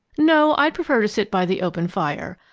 no, i prefer to sit by the open fire.